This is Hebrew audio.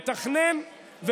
ומתכנן,